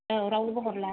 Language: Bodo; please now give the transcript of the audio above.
औ रावनोबो हरला